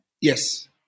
Yes